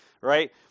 right